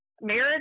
marriage